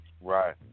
right